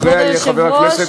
אחריה יהיה חבר הכנסת מאיר שטרית.